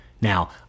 Now